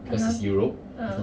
(uh huh) uh